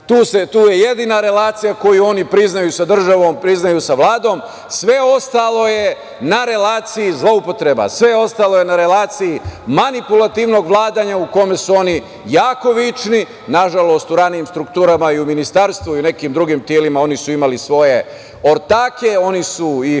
Tu je jedina relacija koju oni priznaju sa državom, priznaju sa Vladom, sve ostalo je na relaciji zloupotreba, sve ostalo je na relaciji manipulativnog vladanja u kome su oni jako vični, nažalost, u ranijim strukturama i u Ministarstvu i u nekim drugim telima oni su imali svoje ortake, oni su ih